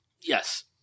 yes